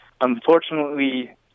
unfortunately